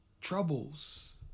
troubles